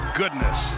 goodness